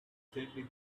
exactly